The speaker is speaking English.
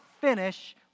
finish